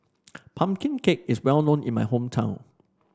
pumpkin cake is well known in my hometown